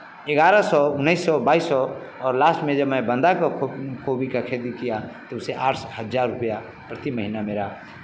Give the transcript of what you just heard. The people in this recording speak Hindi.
ग्यारह सौ उन्नीस सौ बाईस सौ और लास्ट में जब मैंने बंदा को गोभी का खेती किया तो उससे आठ से हज़ार रुपैया प्रति महिना मेरा